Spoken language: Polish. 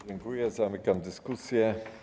Zamykam dyskusję.